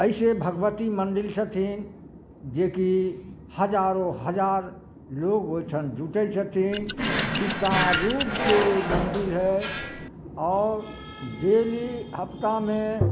अइसे भगवती मन्दिर छथिन जेकी हजारो हजार लोग ओहिठाम जुटै छथिन विशाल रूप से मन्दिर है इओर डेली हफ्तामे